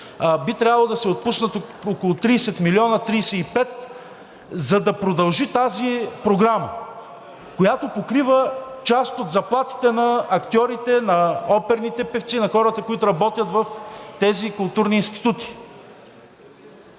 би трябвало да се отпуснат около 30 – 35 милиона, за да продължи тази програма, която покрива част от заплатите на актьорите, на оперните певци, на хората, които работят в тези културни институти.